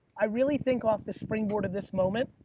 i really think off the springboard of this moment.